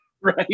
Right